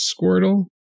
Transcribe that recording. Squirtle